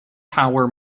power